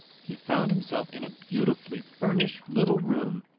he found himself in a beautifully furnished little room,